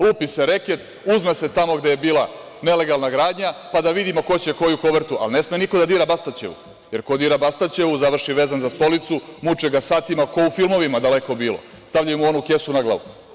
Lupi se reket, uzme se tamo gde je bila nelegalna gradnja, pa da vidimo ko će koju kovertu, ali ne sme niko da dira Bastaćevu, jer ko dira Bastaćevu završi vezan za stolicu, muče ga satima, kao u filmovima, daleko bilo, stavljaju mu onu kesu na glavu.